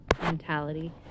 mentality